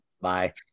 bye